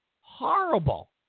horrible